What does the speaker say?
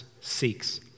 seeks